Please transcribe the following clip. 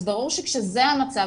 אז ברור שכשזה המצב,